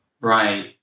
Right